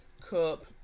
Cup